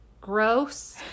gross